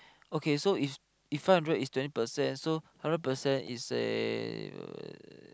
okay so if if five hundred twenty percent hundred percent is eh